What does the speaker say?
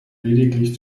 lediglich